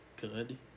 good